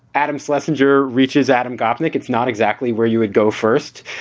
adam celesio jr. reaches adam gopnik. it's not exactly where you would go first,